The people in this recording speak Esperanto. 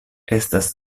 estas